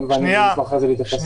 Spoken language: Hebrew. ואני אשמח אחרי זה להתייחס לשאלות ככל